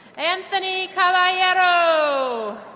anthony caballero so